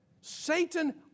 Satan